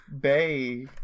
Bay